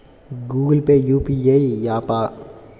Google Pay UPI య్యాపా?